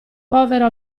povero